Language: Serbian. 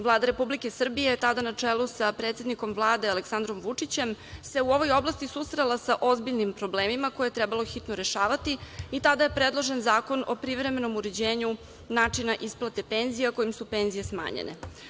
Vlada Republike Srbije je tada na čelu sa predsednikom Vlade Aleksandrom Vučićem se u ovoj oblasti susrela sa ozbiljnim problemima koje je trebalo hitno rešavati i tada je predložen Zakon o privremenom uređenju načina isplata penzija kojim su penzije smanjene.